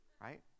right